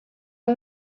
heu